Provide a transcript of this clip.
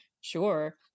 Sure